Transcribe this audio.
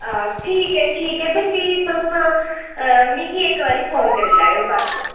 हां ठीक ऐ ठीक ते फ्ही तुस मिगी इक बारी फोन करी लैओ बस